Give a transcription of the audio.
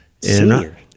Senior